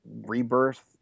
rebirth